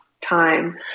time